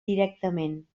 directament